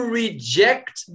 reject